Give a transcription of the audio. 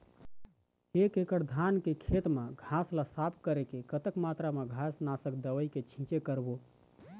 एक एकड़ धान के खेत मा घास ला साफ करे बर कतक मात्रा मा घास नासक दवई के छींचे करबो?